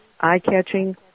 eye-catching